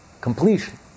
completion